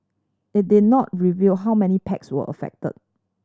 it did not reveal how many packs were affected